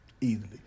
easily